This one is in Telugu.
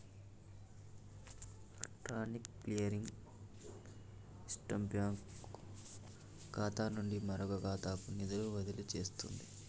ఎలక్ట్రానిక్ క్లియరింగ్ సిస్టం బ్యాంకు ఖాతా నుండి మరొక ఖాతాకు నిధులు బదిలీ చేస్తుంది